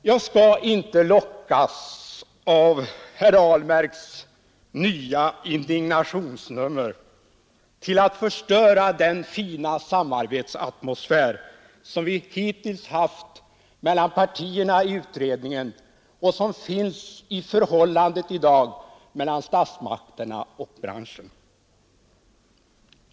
Jag skall emellertid inte av herr Ahlmarks nya indignationsnummer lockas att förstöra den fina samarbetsatmosfär som vi hittills har haft mellan partierna i pressutredningen och som i dag finns i förhållandet mellan statsmakterna och branschen.